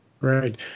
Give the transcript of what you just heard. Right